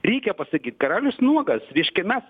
reikia pasakyt karalius nuogas reiškia mes